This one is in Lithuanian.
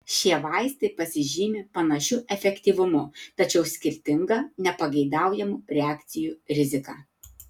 šie vaistai pasižymi panašiu efektyvumu tačiau skirtinga nepageidaujamų reakcijų rizika